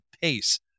pace